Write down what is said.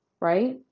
Right